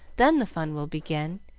then the fun will begin,